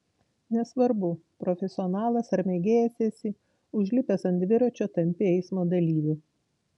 nesvarbu profesionalas ar mėgėjas esi užlipęs ant dviračio tampi eismo dalyviu